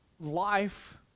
life